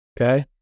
Okay